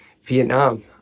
vietnam